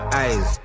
eyes